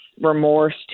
remorse